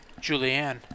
Julianne